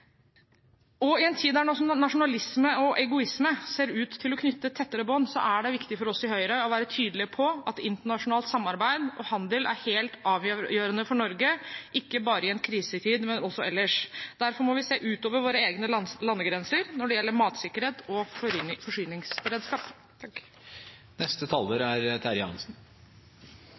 i en kriseperiode. I en tid da nasjonalisme og egoisme ser ut til å knytte tettere bånd, er det viktig for oss i Høyre å være tydelige på at internasjonalt samarbeid og handel er helt avgjørende for Norge – ikke bare i en krisetid, men også ellers. Derfor må vi se utover våre egne landegrenser når det gjelder matsikkerhet og forsyningsberedskap. Avisene er fulle av historier om bønder som sliter. Årsaken er